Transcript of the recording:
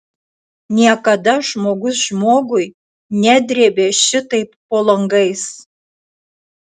niekada žmogus žmogui nedrėbė šitaip po langais